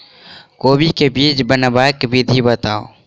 कोबी केँ बीज बनेबाक विधि बताऊ?